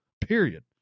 period